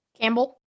Campbell